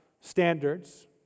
standards